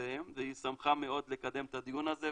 וזכויותיהם והיא שמחה מאוד לקדם את הדיון הזה,